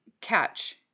catch